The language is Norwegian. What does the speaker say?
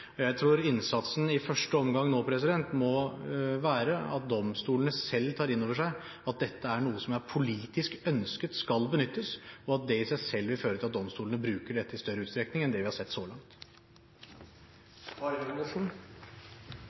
Jeg tror innsatsen i første omgang nå må være at domstolene selv tar inn over seg at dette er noe som er politisk ønsket skal benyttes, og at det i seg selv vil føre til at domstolene bruker dette i større utstrekning enn det vi har sett så langt.